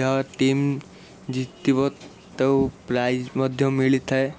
ଯାହା ଟିମ୍ ଜିତିବ ତାକୁ ପ୍ରାଇଜ୍ ମଧ୍ୟ ମିଳିଥାଏ